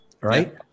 Right